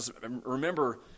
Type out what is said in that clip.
remember